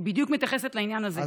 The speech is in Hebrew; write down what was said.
היא בדיוק מתייחסת לעניין הזה,